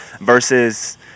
Versus